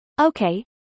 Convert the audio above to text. Okay